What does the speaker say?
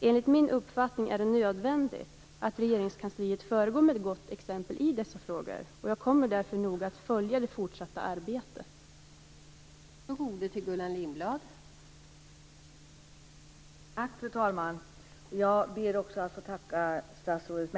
Enligt min uppfattning är det nödvändigt att Regeringskansliet föregår med gott exempel i dessa frågor. Jag kommer därför att följa det fortsatta arbetet mycket noga.